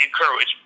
encourage